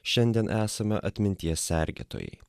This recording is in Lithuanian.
šiandien esame atminties sergėtojai